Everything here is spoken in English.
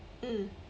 mm